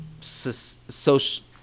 social –